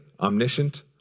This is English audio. Omniscient